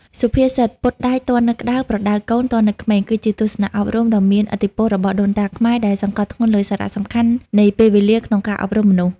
សុភាសិត «ពត់ដែកទាន់នៅក្ដៅ ប្រដៅកូនទាន់នៅក្មេង» គឺជាទស្សនៈអប់រំដ៏មានឥទ្ធិពលរបស់ដូនតាខ្មែរ ដែលសង្កត់ធ្ងន់លើសារៈសំខាន់នៃពេលវេលាក្នុងការអប់រំមនុស្ស។